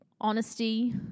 honesty